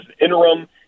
interim